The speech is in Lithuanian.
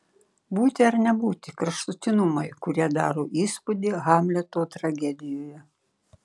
būti ar nebūti kraštutinumai kurie daro įspūdį hamleto tragedijoje